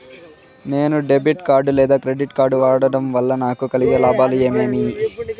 నేను debit card లేదా credit card వాడడం వల్ల నాకు కలిగే లాభాలు ఏమేమీ?